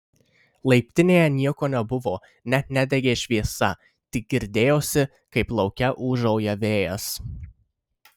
laiptinėje nieko nebuvo net nedegė šviesa tik girdėjosi kaip lauke ūžauja vėjas